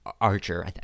Archer